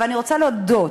אבל אני רוצה להודות